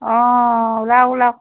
ওলাওক ওলাওক